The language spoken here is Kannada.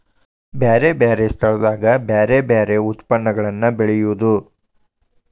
ಬ್ಯಾರೆ ಬ್ಯಾರೆ ಸ್ಥಳದಾಗ ಬ್ಯಾರೆ ಬ್ಯಾರೆ ಯತ್ಪನ್ನಗಳನ್ನ ಬೆಳೆಯುದು